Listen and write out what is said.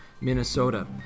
Minnesota